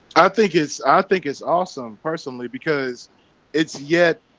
i think it's i think it's awesome personally because it's yet.